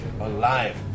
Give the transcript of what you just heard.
alive